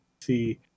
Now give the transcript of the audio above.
see